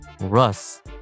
Russ